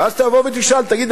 ואז אתה תבוא ותשאל: תגיד,